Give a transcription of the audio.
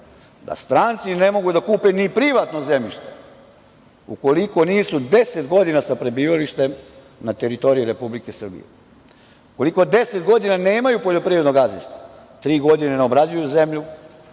da stranci ne mogu da kupe ni privatno zemljište ukoliko nisu 10 godina sa prebivalištem na teritoriji Republike Srbije, ukoliko 10 godina nemaju poljoprivredno gazdinstvo, tri godine ne obrađuju zemlju